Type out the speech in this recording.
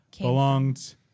belonged